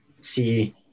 see